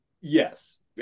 Yes